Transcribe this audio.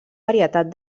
varietat